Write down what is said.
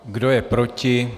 Kdo je proti?